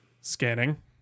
Scanning